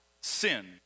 sin